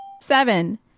Seven